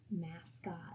mascot